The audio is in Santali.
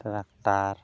ᱴᱨᱟᱠᱴᱟᱨ